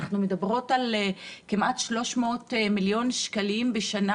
אנחנו מדברות על כמעט 300 מיליון שקלים בשנה